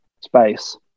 space